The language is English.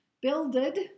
builded